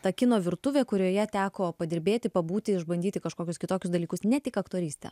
ta kino virtuvė kurioje teko padirbėti pabūti išbandyti kažkokius kitokius dalykus ne tik aktorystę